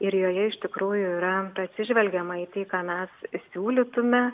ir joje iš tikrųjų yra atsižvelgiama į tai ką mes siūlytume